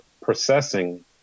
processing